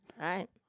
Right